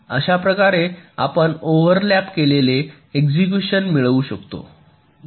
तर अशा प्रकारे आपण ओव्हरलॅप केलेले एक्झिक्यूशन मिळवू शकतो